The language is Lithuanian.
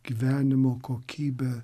gyvenimo kokybę